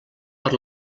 per